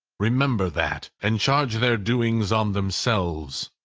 remember that, and charge their doings on themselves,